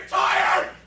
tired